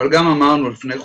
אבל גם אמרנו לפני חודשיים,